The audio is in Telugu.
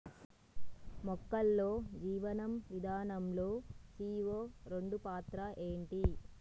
మొక్కల్లో జీవనం విధానం లో సీ.ఓ రెండు పాత్ర ఏంటి?